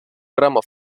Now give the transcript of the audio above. ramos